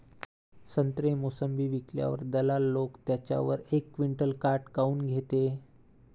संत्रे, मोसंबी विकल्यावर दलाल लोकं त्याच्यावर एक क्विंटल काट काऊन घेते?